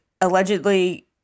allegedly